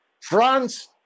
France